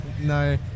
no